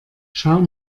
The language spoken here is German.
schau